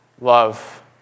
love